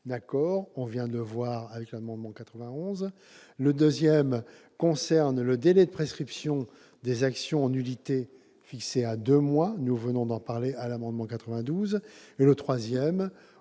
accord. Nous venons de le voir avec l'amendement n° 91. Le deuxième concerne le délai de prescription des actions en nullité, fixé à deux mois. Nous venons d'en parler avec l'amendement n° 92. Le troisième autorise